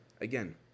Again